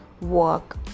work